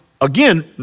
again